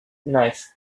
knife